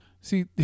See